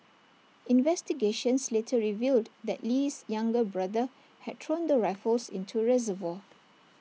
investigations later revealed that Lee's younger brother had thrown the rifles into reservoir